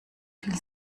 viel